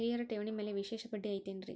ಹಿರಿಯರ ಠೇವಣಿ ಮ್ಯಾಲೆ ವಿಶೇಷ ಬಡ್ಡಿ ಐತೇನ್ರಿ?